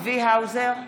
צבי האוזר,